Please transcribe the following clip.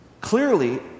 clearly